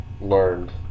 learned